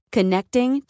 Connecting